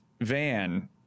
van